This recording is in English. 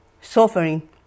suffering